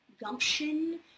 gumption